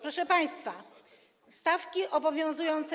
Proszę państwa, stawki obowiązujące.